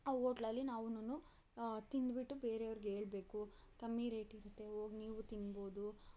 ಆ ಹೋಟ್ಲಲ್ಲಿ ನಾವುನು ತಿಂದ್ಬಿಟ್ಟು ಬೇರೆಯವರಿಗೆ ಹೇಳ್ಬೇಕು ಕಮ್ಮಿ ರೇಟ್ ಇರುತ್ತೆ ಹೋಗಿ ನೀವೂ ತಿನ್ಬೋದು